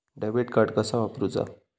Debit card कसा वापरुचा?